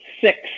six